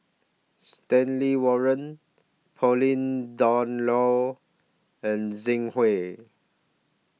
Stanley Warren Pauline Dawn Loh and Zhang Hui